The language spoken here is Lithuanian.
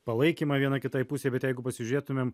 palaikymą viena kitai pusei bet jeigu pasižiūrėtumėm